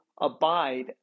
abide